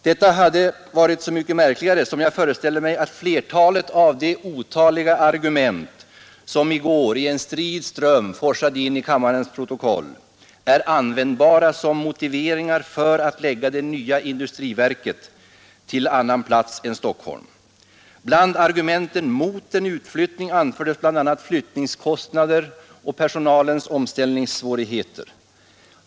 Detta hade varit så mycket märkligare som jag föreställer mig att flertalet av de otaliga argument, som i går i en strid ström forsade in i kammarens protokoll, är användbara som motiveringar för att lägga det nya industriverket på annan plats än Stockholm. Bland argumenten mot en utflyttning anfördes bl.a. flyttningskostnader och personalens omställningssvårigheter.